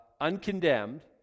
uncondemned